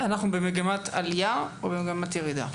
במגמת עלייה או במגמת ירידה?